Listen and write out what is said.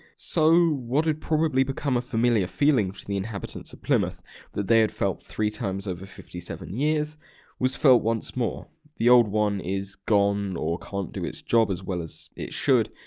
so. what had probably become a familiar feeling to the inhabitants of plymouth that they had felt three times over fifty seven years was felt once more the old one is gone or can't do its job as well as it should,